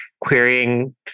querying